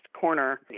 corner